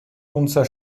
unser